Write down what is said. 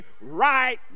right